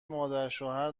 مادرشوهر